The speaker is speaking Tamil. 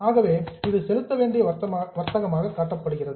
ஆகவே இது செலுத்தவேண்டிய வர்த்தகமாக காட்டப்படுகிறது